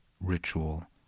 ritual